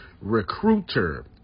recruiter